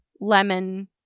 lemon